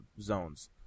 zones